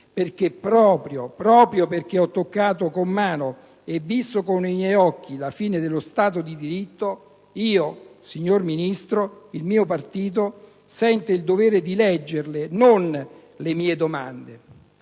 Ebbene, proprio perché ho toccato con mano e visto con i miei occhi la fine dello Stato di diritto, signor Ministro, io ed il mio partito sentiamo il dovere di leggerle non le nostre domande,